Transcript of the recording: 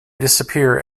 disappear